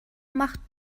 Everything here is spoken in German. macht